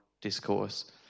discourse